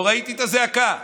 לא ראיתי את הזעקה.